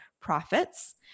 profits